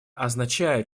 означает